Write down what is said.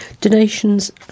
Donations